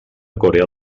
corea